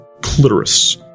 clitoris